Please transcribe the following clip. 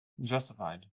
Justified